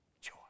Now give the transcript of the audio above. Joy